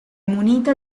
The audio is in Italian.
munita